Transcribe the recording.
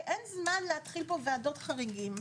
אין זמן להתחיל ועדות חריגים.